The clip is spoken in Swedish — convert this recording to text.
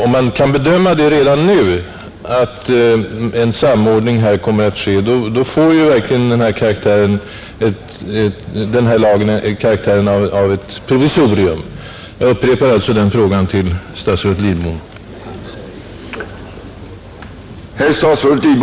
Om man redan nu kan bedöma att en samordning kommer att äga rum får den här lagen en utpräglad karaktär av ett provisorium. Jag upprepar alltså den frågan till statsrådet Lidbom.